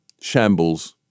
shambles